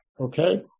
Okay